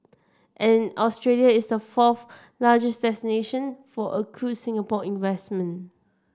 and Australia is the fourth largest destination for accrued Singapore investment